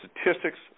statistics